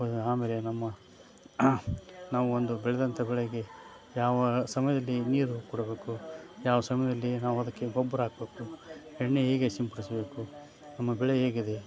ಆಮೇಲೆ ನಮ್ಮ ನಾವು ಒಂದು ಬೆಳೆದಂಥ ಬೆಳೆಗೆ ಯಾವ ಸಮಯದಲ್ಲಿ ನೀರು ಕೊಡಬೇಕು ಯಾವ ಸಮಯದಲ್ಲಿ ನಾವು ಅದಕ್ಕೆ ಗೊಬ್ಬರ ಹಾಕ್ಬೇಕು ಎಣ್ಣೆ ಹೇಗೆ ಸಿಂಪಡಿಸಬೇಕು ನಮ್ಮ ಬೆಳೆ ಹೇಗಿದೆ